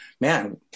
man